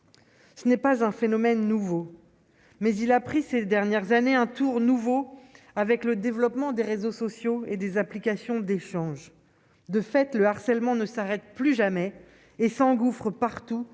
ce n'est pas un phénomène nouveau, mais il a pris ces dernières années un tour nouveau avec le développement des réseaux sociaux et des applications d'échange, de fait, le harcèlement ne s'arrête plus jamais et s'engouffre partout,